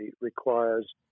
requires